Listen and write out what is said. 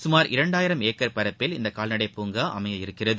சுமார் இரண்டாயிரம் ஏக்கர் பரப்பில் இந்த கால்நடைப் பூங்கா அமையவிருக்கிறது